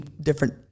different